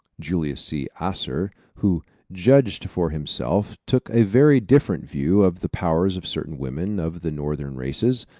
julius c aesar, who judged for himself, took a very different view of the powers of certain women of the northern races,